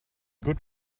good